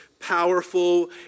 powerful